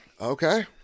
Okay